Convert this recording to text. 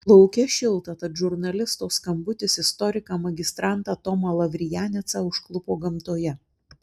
lauke šilta tad žurnalisto skambutis istoriką magistrantą tomą lavrijanecą užklupo gamtoje